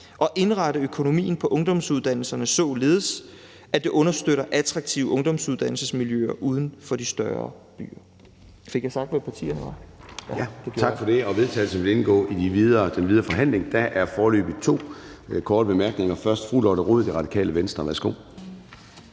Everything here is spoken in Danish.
og indrette økonomien på ungdomsuddannelserne således, at det understøtter attraktive ungdomsuddannelsesmiljøer uden for de større byer.«